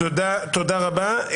תודה רבה.